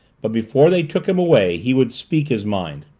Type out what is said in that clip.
but before they took him away he would speak his mind.